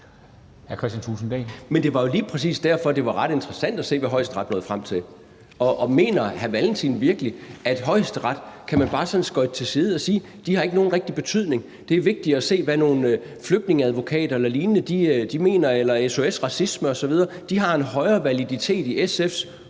(DF): Men det var jo lige præcis derfor, det var ret interessant at se, hvad Højesteret nåede frem til. Mener hr. Carl Valentin virkelig, at man bare sådan kan skubbe Højesteret til side og sige: De har ikke nogen rigtig betydning, det er vigtigere at se, hvad nogle flygtningeadvokater, SOS Racisme eller lignende mener, for de har en højere grad af validitet i SF's